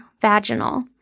vaginal